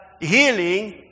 healing